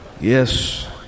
yes